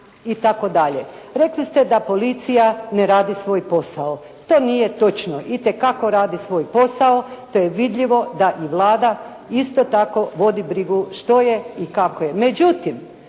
itd. Rekli ste da policija ne radi svoj posao. To nije točno. Itekako radi svoj posao. To je vidljivo da i Vlada isto tako vodi brigu što je i kako je.